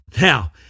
Now